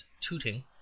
Tooting